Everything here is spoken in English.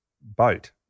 boat